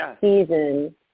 season